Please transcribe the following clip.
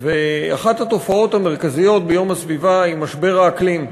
אחת התופעות המרכזיות ביום הסביבה היא משבר האקלים.